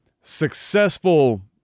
successful